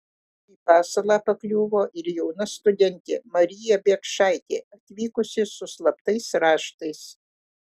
į pasalą pakliuvo ir jauna studentė marija biekšaitė atvykusi su slaptais raštais